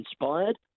inspired